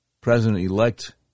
President-elect